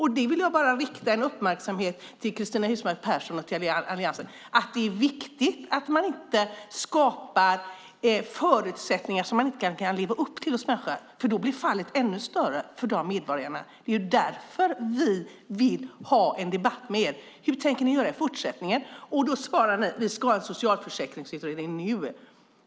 Jag vill rikta Cristina Husmark Pehrssons och Alliansens uppmärksamhet mot att det är viktigt att man inte skapar förväntningar hos människor som man inte kan leva upp till, för då blir fallet ännu större för de medborgarna. Det är därför vi vill ha en debatt med er. Hur tänker ni göra i fortsättningen? Ni svarar: Vi ska ha en socialförsäkringsutredning nu.